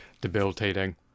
debilitating